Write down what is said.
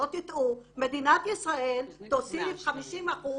מדינת ישראל תוסיף 50%